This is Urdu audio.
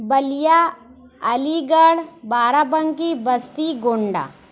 Ballia Aligarh Barabanki Basti Gonda